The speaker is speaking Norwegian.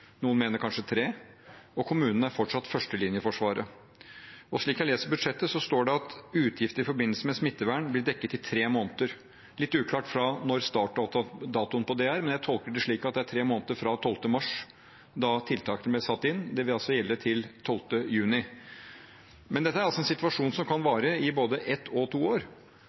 noen mener kanskje tre år. Kommunene er fortsatt førstelinjeforsvaret. Slik jeg leser budsjettet, blir utgifter i forbindelse med smittevern dekket i tre måneder. Det er litt uklart når startdatoen for det er, men jeg tolker det slik at det er tre måneder fra den 12. mars, da tiltakene ble satt i verk. Det vil altså gjelde til den 12. juni. Men dette er en situasjon som kan vare i både ett og to år.